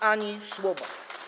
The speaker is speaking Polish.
Ani słowa.